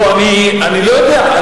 לא, אני לא יודע.